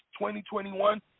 2021